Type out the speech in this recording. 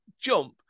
jump